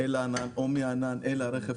אל הענן או מהענן אל הרכב.